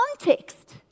context